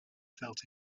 felt